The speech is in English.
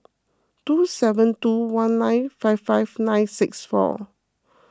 two seven two one nine five five nine six four